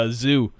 zoo